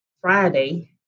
Friday